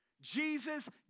Jesus